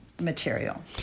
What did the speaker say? material